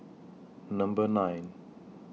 Number nine